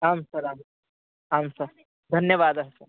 आं सर् आम् आं सर् धन्यवादः सर्